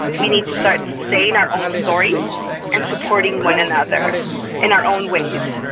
we need to start saying our own stories and supporting one another in our own ways.